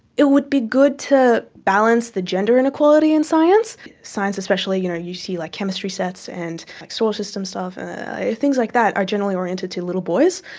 it would be good to balance the gender inequality in science science, especially you know you see like chemistry sets and solar system stuff, and things like that are generally oriented to little boys.